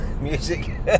music